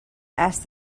asked